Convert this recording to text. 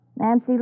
Nancy